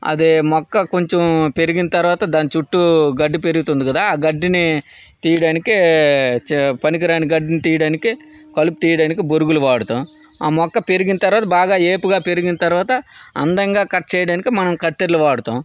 అది మొక్క కొంచెం పెరిగిన తర్వాత దాని చుట్టూ గడ్డి పెరుగుతుంది కదా ఆ గడ్డిని తీయడానికి పనికిరాని గడ్డిని తీయడానికి కలుపు తీయడానికి బొరుగులు వాడుతాం ఆ మొక్క పెరిగిన తర్వాత బాగా ఏపుగా పెరిగిన తర్వాత అందంగా కట్ చేయడానికి మనం కత్తెరలు వాడుతాం